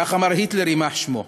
כך אמר היטלר, יימח שמו,